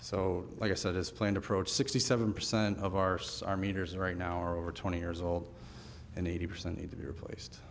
so like i said as planned approach sixty seven percent of our sar meters right now are over twenty years old and eighty percent need to be replaced